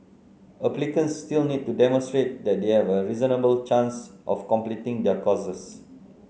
applicants still need to demonstrate that they have a reasonable chance of completing their courses